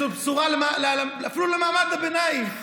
איזו בשורה אפילו למעמד הביניים.